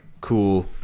cool